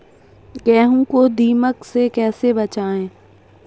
गेहूँ को दीमक से कैसे बचाएँ?